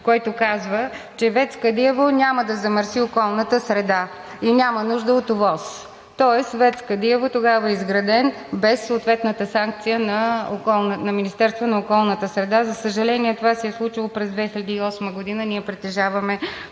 който казва, че ВЕЦ „Кадиево“ няма да замърси околната среда и няма нужда от ОВОС. Тоест ВЕЦ „Кадиево“ тогава е изграден без съответната санкция на Министерството на околната среда и водите. За съжаление, това се е случило през 2008 г., ние притежаваме